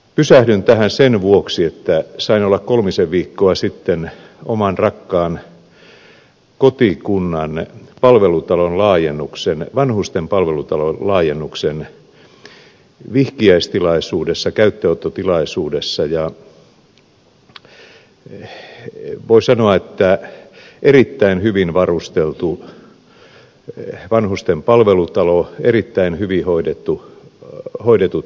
pysähdyn tähän sen vuoksi että sain olla kolmisen viikkoa sitten oman rakkaan kotikuntani vanhusten palvelutalon laajennuksen vihkiäistilaisuudessa käyttöönottotilaisuudessa ja voi sanoa että se on erittäin hyvin varusteltu vanhusten palvelutalo erittäin hyvin hoidetut hoitokäytännöt